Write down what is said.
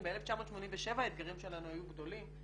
אם ב-1987 האתגרים שלנו היו גדולים,